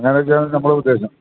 അങ്ങനൊക്കെയാണ് നമ്മുടെ ഉദ്ദേശം